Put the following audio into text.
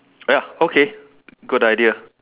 ya okay good idea